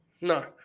No